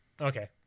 Okay